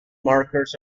markers